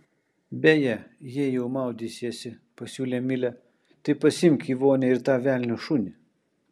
beje jei jau maudysiesi pasiūlė milė tai pasiimk į vonią ir tą velnio šunį